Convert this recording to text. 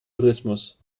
tourismus